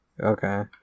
Okay